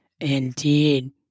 Indeed